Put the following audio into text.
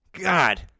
God